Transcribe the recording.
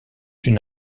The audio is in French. une